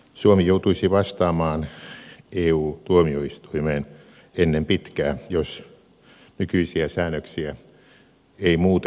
suomi joutuisi vastaamaan eu tuomioistuimeen ennen pitkää jos nykyisiä säännöksiä ei muutettaisi